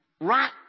right